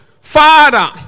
father